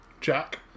Jack